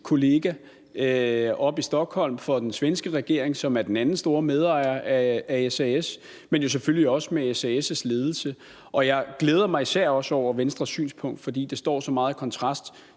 kollega oppe i Stockholm fra den svenske regering, som er den anden store medejer af SAS, men jo selvfølgelig også med SAS' ledelse. Og jeg glæder mig især også over Venstres synspunkt, fordi det står så meget i kontrast